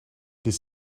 these